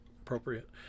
appropriate